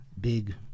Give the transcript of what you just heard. big